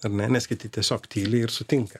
ar ne nes kiti tiesiog tyli ir sutinka